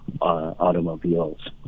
automobiles